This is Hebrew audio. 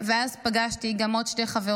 ואז פגשתי גם עוד שתי חברות,